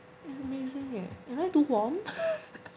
amazing eh am I too warm